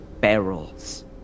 barrels